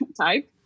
type